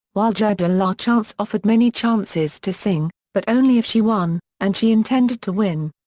while jeu de la chance offered many chances to sing, but only if she won, and she intended to win.